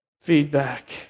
feedback